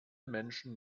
menschen